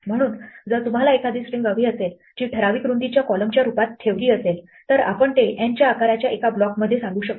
म्हणून जर तुम्हाला एखादी स्ट्रिंग हवी असेल जी ठराविक रुंदीच्या कॉलमच्या रूपात ठेवली असेल तर आपण ते n च्या आकाराच्या एका ब्लॉकमध्ये सांगू शकतो